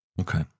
Okay